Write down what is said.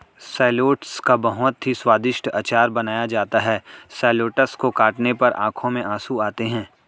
shallots का बहुत ही स्वादिष्ट अचार बनाया जाता है शैलोट्स को काटने पर आंखों में आंसू आते हैं